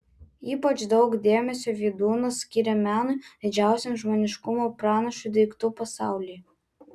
ypač daug dėmesio vydūnas skiria menui didžiausiam žmoniškumo pranašui daiktų pasaulyje